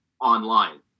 online